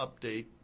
update